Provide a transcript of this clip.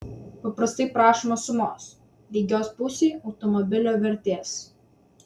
paprastai prašoma sumos lygios pusei automobilio vertės